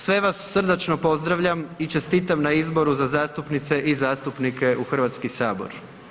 Sve vas srdačno pozdravljam i čestitam na izboru za zastupnice i zastupnike u Hrvatski sabor.